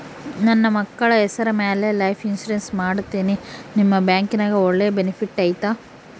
ನನ್ನ ಮಕ್ಕಳ ಹೆಸರ ಮ್ಯಾಲೆ ಲೈಫ್ ಇನ್ಸೂರೆನ್ಸ್ ಮಾಡತೇನಿ ನಿಮ್ಮ ಬ್ಯಾಂಕಿನ್ಯಾಗ ಒಳ್ಳೆ ಬೆನಿಫಿಟ್ ಐತಾ?